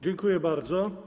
Dziękuję bardzo.